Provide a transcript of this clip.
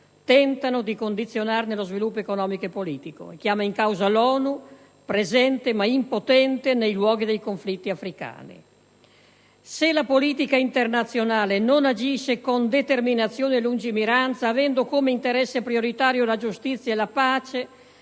tentano di condizionarne lo sviluppo economico e politico. L'Africa chiama in causa l'ONU, presente ma impotente nei luoghi dei conflitti africani. Se la politica internazionale non agisce con determinazione e lungimiranza, avendo come interesse prioritario la giustizia e la pace,